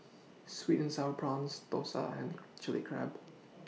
Sweet and Sour Prawns Thosai and Chili Crab